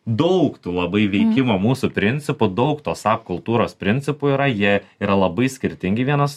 daug tų labai veikimo mūsų principų daug tos sap kultūros principų yra jie yra labai skirtingi vienas